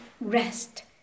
rest